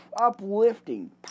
uplifting